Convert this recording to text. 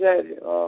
ശരി ഓ